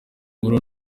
nkuru